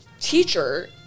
teacher